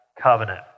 covenant